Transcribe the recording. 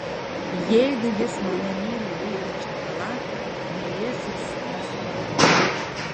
jeigu jis mane myli vilkinčią chalatą mylės ir su ta suknele